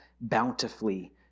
bountifully